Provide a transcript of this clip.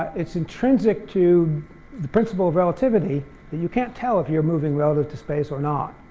it's intrinsic to the principle of relativity that you can't tell if you're moving relative to space or not.